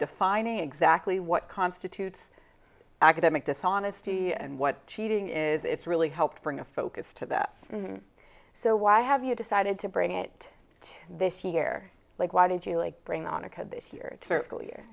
defining exactly what constitutes academic dishonesty and what cheating is it's really helped bring a focus to that so why have you decided to bring it to this year like why did you like bring on a kid this year